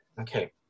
Okay